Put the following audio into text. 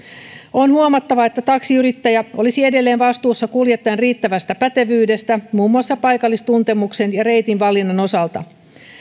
on huomattava että taksiyrittäjä olisi edelleen vastuussa kuljettajan riittävästä pätevyydestä muun muassa paikallistuntemuksen ja reitin valinnan osalta